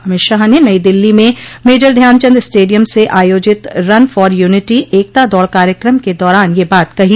अमित शाह ने नई दिल्ली में major Dhyanchand stadium से आयोजित रन फॉर यनिटी एकता दौड़ कार्यक्रम के दौरान ये बात कही